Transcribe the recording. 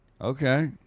Okay